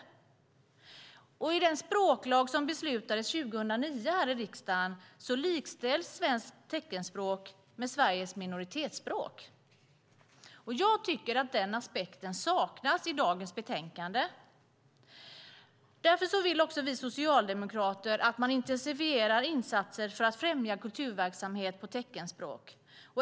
I den språklag som beslutades 2009 här i riksdagen likställs svenskt teckenspråk med Sveriges minoritetsspråk. Jag tycker att den aspekten saknas i dagens betänkande. Därför vill vi socialdemokrater att man intensifierar insatser för att främja kulturverksamhet på teckenspråk.